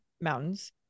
mountains